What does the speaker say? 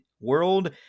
World